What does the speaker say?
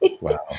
Wow